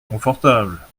confortable